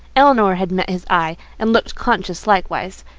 elinor had met his eye, and looked conscious likewise.